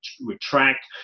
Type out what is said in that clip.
retract